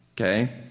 Okay